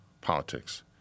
politics